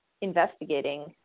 investigating